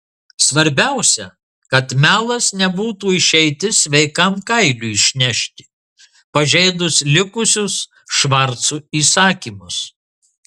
svarbiausia kad melas nebūtų išeitis sveikam kailiui išnešti pažeidus likusius švarco įsakymus